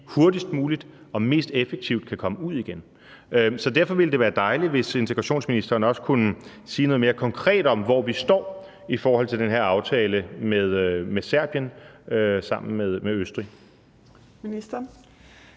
hurtigst muligt og mest effektivt kan komme ud igen. Derfor ville det være dejligt, hvis integrationsministeren også kunne sige noget mere konkret om, hvor vi står i forhold til den her aftale med Serbien sammen med Østrig.